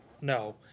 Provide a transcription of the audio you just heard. No